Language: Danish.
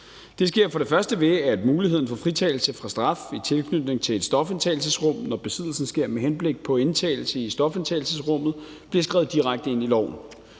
Det sker for det første, ved at muligheden for fritagelse fra straf i tilknytning til et stofindtagelsesrum, når besiddelsen sker med henblik på indtagelse i stofindtagelsesrummet, bliver skrevet direkte ind i loven.